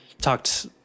talked